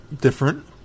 different